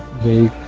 the